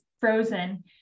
frozen